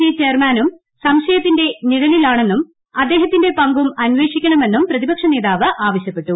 C ചെയർമാനും സംശയത്തിന്റെ നീഴ്ലിലാണെന്നും അദ്ദേഹത്തിന്റെ പങ്കും അന്വേഷിക്കണമെണ്ടു ്പ്രതിപക്ഷനേതാവ് ആവശ്യപ്പെട്ടു